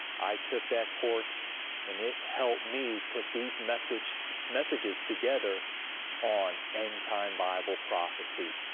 i took that course and it helped me put these messages messages together on end-time bible prophecy.